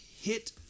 hit